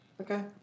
Okay